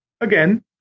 again